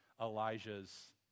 Elijah's